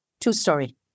two-story